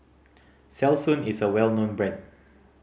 Selsun is a well known brand